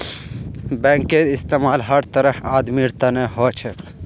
बैंकेर इस्तमाल हर तरहर आदमीर तने हो छेक